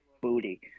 booty